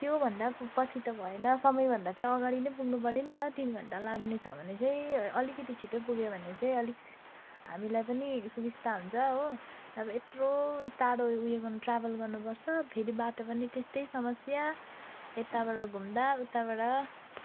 त्यो भन्दा पछि त भएन समय भन्दा चाहिँ अगाडि नै पुग्नुपर्यो नि त तिन घन्टा लाग्ने छ भने चाहिँ अलिकति छिटै पुग्यो भने चाहिँ अलिक हामीलाई पनि सुबिस्ता हुन्छ हो अब यत्रो टाढो उयो गर्न ट्राभल गर्नुपर्छ फेरि बाटो पनि त्यस्तै समस्या यताबाट घुम्दा उताबाट